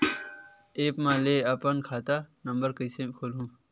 App म ले अपन खाता नम्बर कइसे खोलहु?